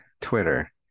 Twitter